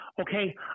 okay